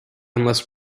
unless